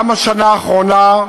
גם השנה האחרונה,